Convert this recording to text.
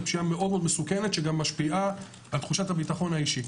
ופשיעה מאוד מסוכנת שגם משפיעה על תחושת הביטחון האישי.